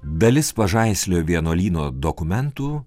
dalis pažaislio vienuolyno dokumentų